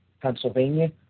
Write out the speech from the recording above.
Pennsylvania